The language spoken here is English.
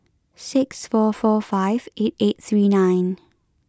six four four five eight eight three nine